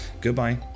goodbye